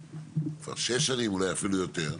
לפני 6 שנים ואולי אפילו יותר,